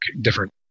different